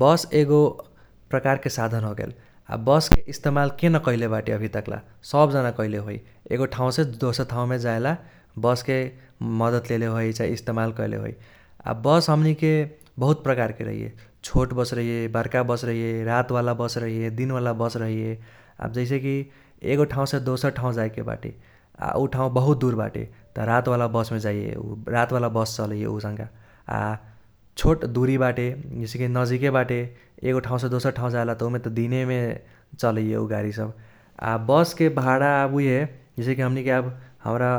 बस एगो प्रकारके साधन होगेल । आ बसके इस्तमाल के न कैले बाटे अभी तक्ला सब जाना कैले होइ एगो ठाउसे दोसर ठाउमे जाएला बसके मद्दत लेले होइ चाही इस्तमाल कैले होइ । आ बस हमनीके बहुत प्रकारके रहैये । छोट बस रहैये, बर्का बस रहैये, रात वाला बस रहैये, दिन वाला बस रहैये । आब जैसे कि एगो ठाउसे दोसर ठाउ जाएके बाटे, आ उ ठाउ बहुत दुर बाटे, त रात वाला बसमे जाइये, रात वाला बस चलैये उसाँका । आ छोट दूरी बाटे जैसे कि नजीके बाटे एगो ठाउसे दोसर ठाउ जाएला त उमे त दिनेमे चलैये उ गारी सब। आब बसके भारा उइहे जैसे कि हमनीके आब हम्रा